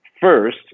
first